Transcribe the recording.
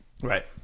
Right